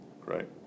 right